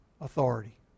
authority